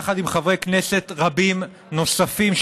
יחד עם חברי כנסת רבים נוספים,